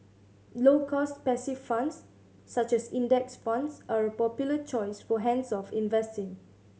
low cost passive funds such as Index Funds are a popular choice for hands off investing